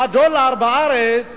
הדולר בארץ